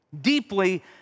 deeply